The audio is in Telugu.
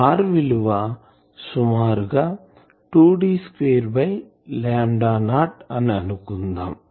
R విలువ సుమారు గా 2D2 0 అని అనుకుందాం